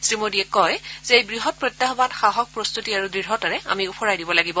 শ্ৰী মোডীয়ে কয় যে এই বৃহৎ প্ৰত্যাহ্বান সাহস প্ৰস্ত্বতি আৰু দৃঢ়তাৰে আমি ওফৰাই দিব লাগিব